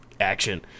action